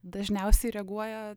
dažniausiai reaguoja